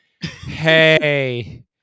hey